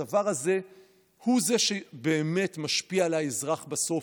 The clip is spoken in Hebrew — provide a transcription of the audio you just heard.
הדבר הזה הוא זה שבאמת משפיע על האזרח בסוף.